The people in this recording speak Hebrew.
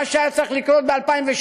מה שהיה צריך לקרות ב-2008,